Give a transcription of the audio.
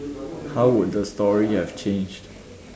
how would the story have changed